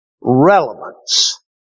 relevance